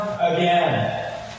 again